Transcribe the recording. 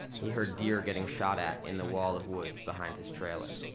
he heard deer getting shot at in the wall of woods behind his trailer.